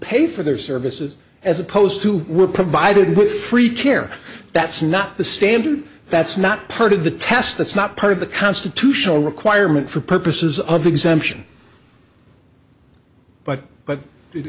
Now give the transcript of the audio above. pay for their services as opposed to were provided with free care that's not the standard that's not part of the test that's not part of the constitutional requirement for purposes of exemption but but